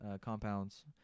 compounds